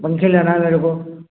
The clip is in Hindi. पंखे लेना हे मेरे को